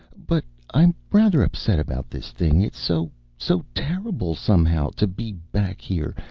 but i'm rather upset about this thing. it's so so terrible, somehow, to be back here,